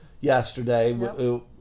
yesterday